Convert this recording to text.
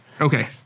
Okay